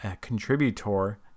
contributor